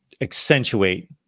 accentuate